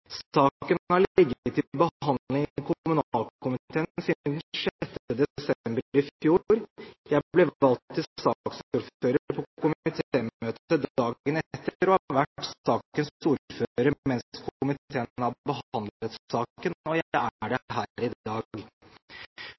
Saken har ligget til behandling i kommunalkomiteen siden 6. desember i fjor. Jeg ble valgt til saksordfører på komitémøtet dagen etter og har vært sakens ordfører mens komiteen har behandlet saken, og jeg er det her i dag.